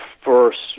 First